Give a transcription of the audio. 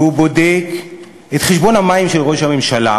והוא בודק את חשבון המים של ראש הממשלה,